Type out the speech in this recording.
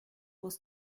was